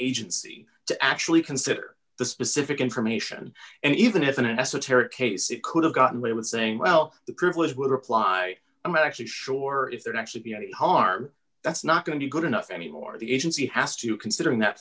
agency to actually consider the specific information and even if an esoteric case it could have gotten away with saying well the privilege would reply i'm actually sure if there actually be any harm that's not going to be good enough anymore the agency has to considering that